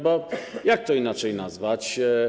Bo jak to inaczej nazwać?